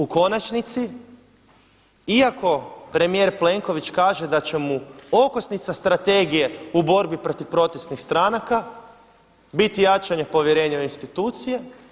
U konačnici iako premijer Plenković kaže da će mu okosnica strategije u borbi protiv protestnih stranaka biti jačanje povjerenja u institucije.